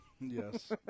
Yes